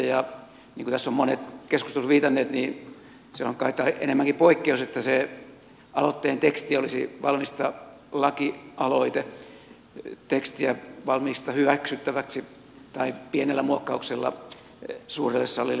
ja niin kuin tässä ovat monet keskustelussa viitanneet se on kai enemmänkin poikkeus että se aloitteen teksti olisi valmista lakialoitetekstiä valmista hyväksyttäväksi tai pienellä muokkauksella suurelle salille hyväksyttäväksi tuotavaa